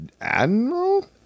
admiral